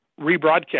rebroadcast